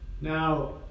Now